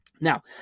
Now